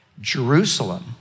Jerusalem